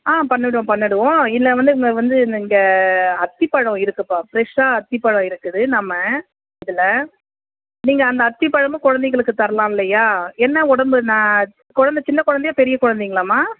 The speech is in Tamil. ஆ பண்ணிடுவோம் பண்ணிடுவோம் இதில் வந்து வந்து இந்த இங்கே அத்திப்பழம் இருக்குதுப்பா ஃப்ரெஷ்ஷாக அத்திப்பழம் இருக்குது நம்ம இதில் நீங்கள் அந்த அத்திப்பழமும் குழந்தைங்களுக்கு தரலாம் இல்லையா என்ன உடம்பு ந குழந்த சின்ன குழந்தையா பெரிய குழந்தைங்களாம்மா